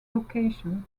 locations